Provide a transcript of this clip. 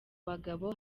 bagabo